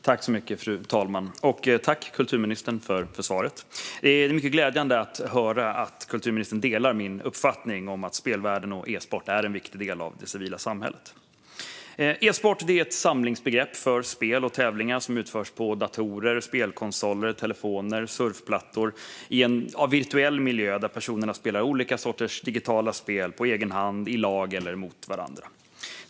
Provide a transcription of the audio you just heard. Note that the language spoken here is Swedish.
Fru talman! Tack, kulturministern, för svaret! Det är mycket glädjande att höra att kulturministern delar min uppfattning att spelvärlden och esport är en viktig del av det civila samhället. E-sport är ett samlingsbegrepp för spel och tävlingar som utförs på datorer, spelkonsoler, telefoner och surfplattor i en virtuell miljö där personerna spelar olika sorters digitala spel på egen hand, i lag eller mot varandra.